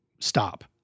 stop